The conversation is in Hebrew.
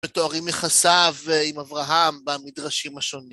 מתוארים יחסיו עם אברהם במדרשים השונים.